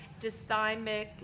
dysthymic